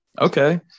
Okay